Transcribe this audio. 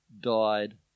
died